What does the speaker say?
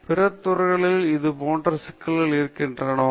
பிற துறைகளில் இதே போன்ற சிக்கல்கள் இருக்கின்றனவா